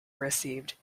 received